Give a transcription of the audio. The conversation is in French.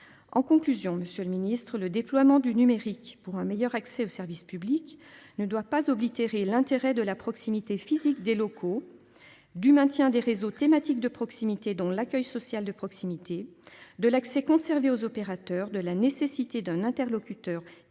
En conclusion, Monsieur le Ministre, le déploiement du numérique pour un meilleur accès au service public ne doit pas oblitérer l'intérêt de la proximité physique des locaux. Du maintien des réseaux thématiques de proximité dont l'accueil social de proximité, de l'accès, conservé aux opérateurs de la nécessité d'un interlocuteur